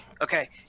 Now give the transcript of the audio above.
Okay